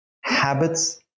habits